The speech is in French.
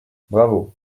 bravo